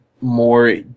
more